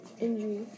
injury